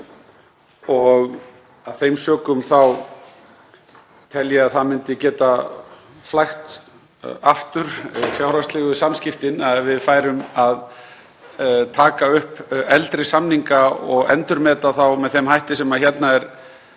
Af þeim sökum þá tel ég að það myndi geta flækt aftur fjárhagslegu samskiptin ef við færum að taka upp eldri samninga og endurmeta þá með þeim hætti sem hérna er